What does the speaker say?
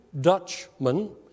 Dutchman